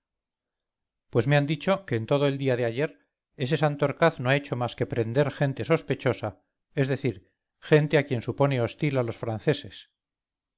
pues me han dicho que en todo el día de ayer ese santorcaz no ha hecho más que prender gente sospechosa es decir gente a quien supone hostil a los franceses